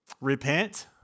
repent